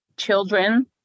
children